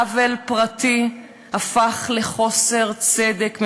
עוול פרטי הפך לחוסר צדק ממוסד,